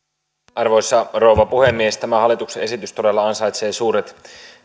arvoisa rouva puhemies tämä hallituksen esitys todella ansaitsee suuret